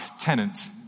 tenants